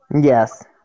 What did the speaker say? Yes